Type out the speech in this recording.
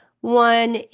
One